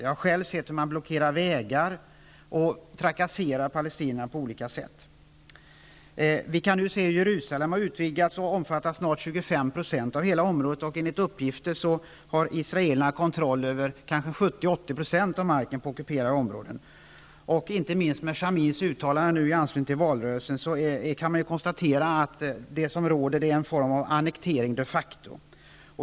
Jag har själv sett hur man blockerar vägar och trakasserar palestinierna på olika sätt. Vi kan också se hur Jerusalem har utvidgats och snart om fattar 25 % av hela området. Enligt uppgift har israelerna kontroll över 70 á 80 % av marken på de ockuperade områdena. Inte minst med anledning av Shamirs uttalande i valrörelsen kan man konstatera att det föreligger en annektering de facto.